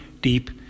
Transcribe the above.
deep